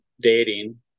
dating